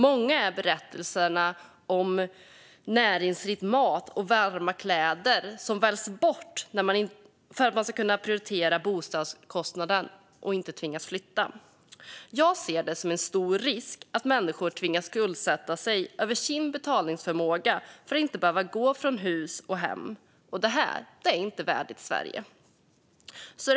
Många är berättelserna om att näringsrik mat och varma kläder väljs bort för att man ska kunna prioritera bostadskostnaderna och inte tvingas flytta. Jag ser det som en stor risk att människor tvingas skuldsätta sig över sin betalförmåga för att inte behöva gå från hus och hem. Det är inte värdigt Sverige.